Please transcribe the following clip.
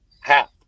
half